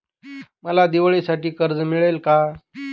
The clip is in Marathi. मला दिवाळीसाठी कर्ज मिळेल का?